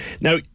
Now